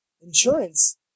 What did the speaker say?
insurance